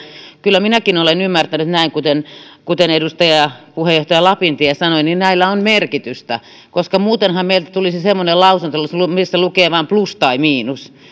kyllä minäkin olen ymmärtänyt näin kuten kuten edustaja puheenjohtaja lapintie sanoi että näillä on merkitystä koska muutenhan meiltä tulisi semmoinen lausunto missä lukee vain plus tai miinus